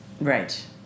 Right